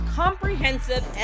comprehensive